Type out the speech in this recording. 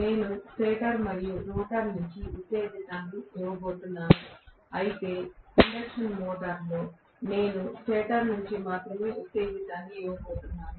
నేను స్టేటర్ నుండి మరియు రోటర్ నుండి ఉత్తేజాన్ని ఇవ్వబోతున్నాను అయితే ఇండక్షన్ మోటారులో నేను స్టేటర్ నుండి మాత్రమే ఉత్తేజాన్ని ఇవ్వబోతున్నాను